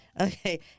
Okay